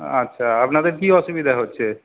আচ্ছা আপনাদের কি অসুবিধা হচ্ছে